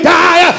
die